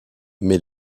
mais